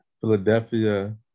Philadelphia